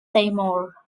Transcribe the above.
seymour